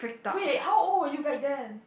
wait how old were you back then